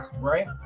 right